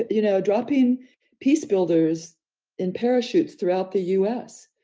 you know, dropping peacebuilders in parachutes throughout the us.